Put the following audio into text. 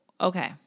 okay